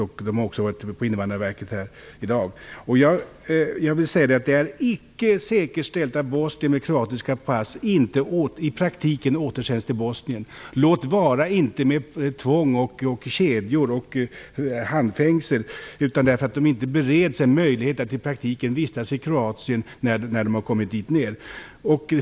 Caritas har också varit på Invandrarverket här i dag. Jag vill säga att det icke är säkerställt att bosnier med kroatiska pass i praktiken inte återsänds till Bosnien. Det sker inte med tvång, kedjor och handfängsel. Det sker därför att de inte bereds en möjlighet att i praktiken vistas i Kroatien när de har kommit dit ner.